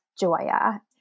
Joya